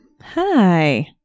Hi